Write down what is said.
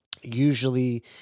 Usually